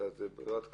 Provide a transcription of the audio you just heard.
אלא זה ברירת קנס.